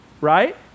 right